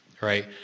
right